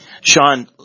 Sean